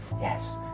Yes